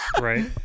Right